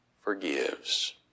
forgives